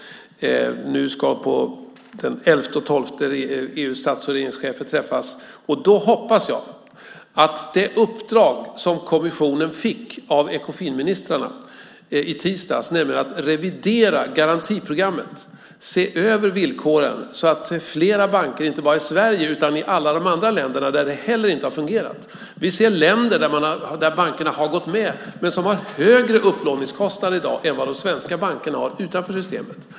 EU:s stats och regeringschefer kommer att träffas nu den 11 och 12 december. Då hoppas jag att det uppdrag som kommissionen fick av Ekofinministrarna i tisdags är klart, nämligen att revidera garantiprogrammet. Det handlar om att se över villkoren. Det finns flera banker inte bara i Sverige utan i alla de andra länderna där det heller inte har fungerat. Vi ser länder där bankerna har gått med men där de har högre upplåningskostnad i dag än vad de svenska bankerna har utanför systemet.